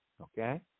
Okay